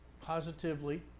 positively